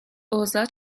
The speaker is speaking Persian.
اوضاع